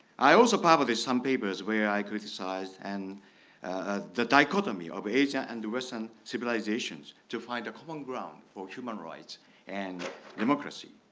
i also published some papers where i criticized and ah the dichotomy of asia and the western civilizations to find a common ground for human rights and democracy.